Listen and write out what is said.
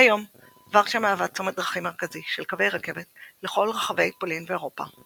כיום ורשה מהווה צומת דרכים מרכזי של קווי רכבת לכל רחבי פולין ואירופה.